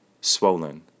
swollen